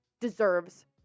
deserves